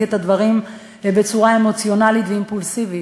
את הדברים בצורה אמוציונלית ואימפולסיבית,